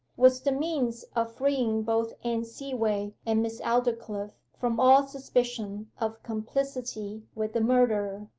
was the means of freeing both anne seaway and miss aldclyffe from all suspicion of complicity with the murderer.